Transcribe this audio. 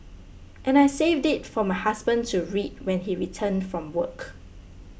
and I saved it for my husband to read when he returned from work